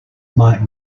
might